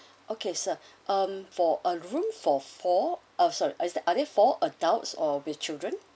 okay sir um for a room for four uh sorry are there four adults or with children